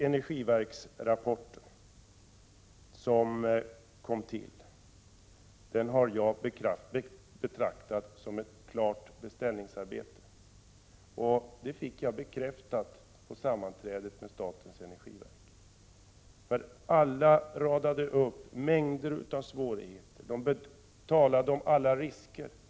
Energiverkets rapport har jag betraktat som ett klart beställningsarbete, och det fick jag bekräftat på sammanträdet med statens energiverk. Alla radade upp mängder med svårigheter och talade om alla risker.